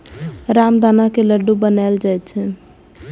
रामदाना के लड्डू बनाएल जाइ छै